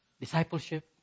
Discipleship